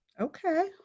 okay